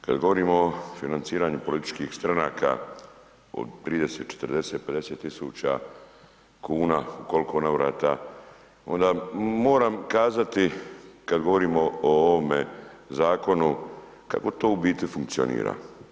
Kada govorimo o financiranju političkih stranaka od 30, 40, 50 tisuća kuna u koliko navrata, onda moram kazati, kada govorimo o ovome zakonu, kako to u biti funkcionira.